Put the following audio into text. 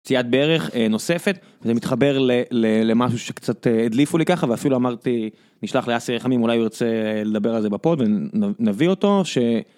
פציעת ברך נוספת, זה מתחבר למשהו שקצת הדליפו לי ככה ואפילו אמרתי נשלח לאסי רחמים, אולי הוא ירצה לדבר על זה בפוד, ונביא אותו ש...